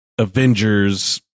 Avengers